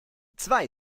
zwei